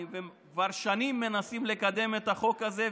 כבר שנים הם מנסים שם לקדם את החוק הזה,